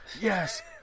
Yes